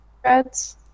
threads